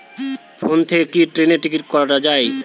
Phone থেকে কি ট্রেনের টিকিট কাটা য়ায়?